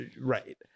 right